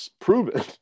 proven